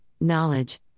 knowledge